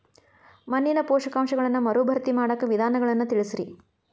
ಮಣ್ಣಿನ ಪೋಷಕಾಂಶಗಳನ್ನ ಮರುಭರ್ತಿ ಮಾಡಾಕ ವಿಧಾನಗಳನ್ನ ತಿಳಸ್ರಿ